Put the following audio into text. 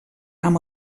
amb